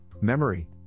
memory